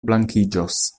blankiĝos